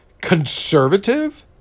conservative